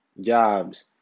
jobs